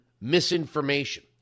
misinformation